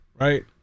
Right